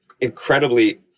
incredibly